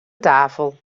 tafel